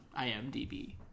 IMDb